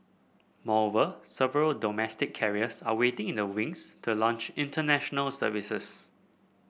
moreover several domestic carriers are waiting in the wings to launch International Services